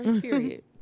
period